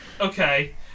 Okay